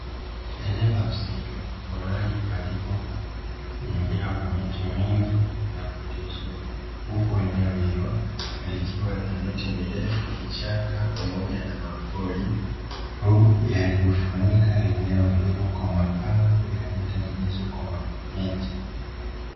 Eneo la msitu mahali palipojengewa miti mingi ya kutisha huku eneo hilo likiwa na miti mingi, vichaka pamoja na mapori yaliyofunika eneo hiyo kwa mapango yaliyotengenezwa kwa miti.